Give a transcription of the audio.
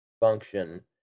function